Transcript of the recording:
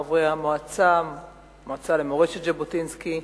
חברי המועצה למורשת ז'בוטינסקי,